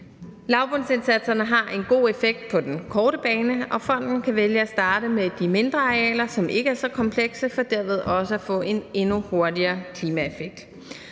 Lavbundsindsatserne har en god effekt på den korte bane, og fonden kan vælge at starte med de mindre arealer, som ikke er så komplekse, for derved også at få en endnu hurtigere klimaeffekt.